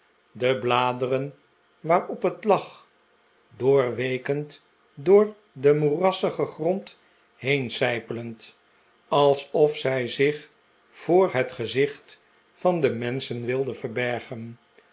de bladeren waarop het lag doorweekend door den moerassigen grond heensijpelend alsof zij zich voor het gezicht van de menschen wilde verbergen